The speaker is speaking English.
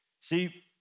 See